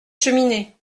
cheminée